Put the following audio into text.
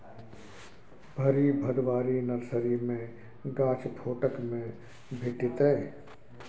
भरि भदवारी नर्सरी मे गाछ फोकट मे भेटितै